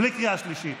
בלי קריאה שלישית.